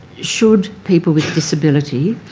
should people with disability,